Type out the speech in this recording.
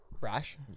Rash